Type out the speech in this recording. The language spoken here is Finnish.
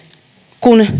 kun